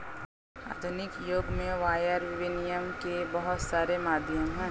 आधुनिक युग में वायर विनियम के बहुत सारे माध्यम हैं